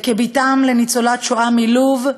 וכבת לניצולת שואה מלוב,